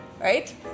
Right